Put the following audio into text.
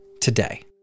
today